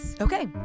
okay